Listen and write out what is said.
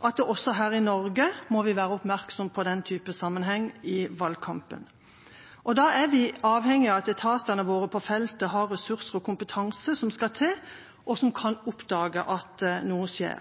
også her i Norge må vi være oppmerksomme på den typen sammenheng i valgkampen. Da er vi avhengige av at etatene våre på feltet har de ressursene og den kompetansen som skal til, og som kan oppdage at noe skjer.